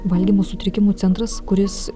valgymo sutrikimų centras kuris